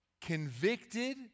Convicted